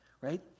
right